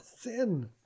sin